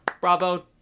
bravo